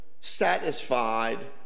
satisfied